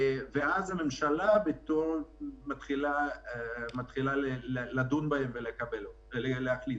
ואז הממשלה מתחילה לדון בהם ולהחליט.